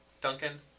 Duncan